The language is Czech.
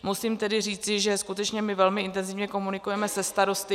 Musím tedy říci, že skutečně velmi intenzivně komunikujeme se starosty.